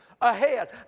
ahead